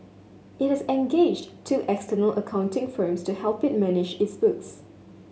it has engaged two external accounting firms to help it manage its books